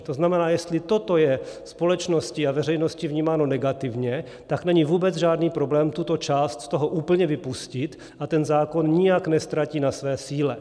To znamená, jestli toto je společností a veřejností vnímáno negativně, tak není vůbec žádný problém tuto část z toho úplně vypustit a ten zákon nijak neztratí na své síle.